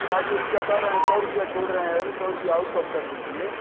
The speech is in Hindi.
चार सौ रुपया कह रहें सौ रुपया छोड़ रहे हैं अरे सौ रुपया और कम कर लीजिए